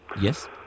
Yes